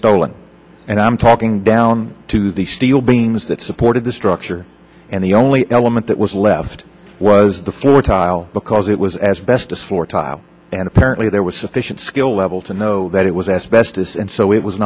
stolen and i'm talking down to the steel beams that supported the structure and the only element that was left was the tile because it was as best a floor tile and apparently there was sufficient skill level to know that it was asbestos and so it was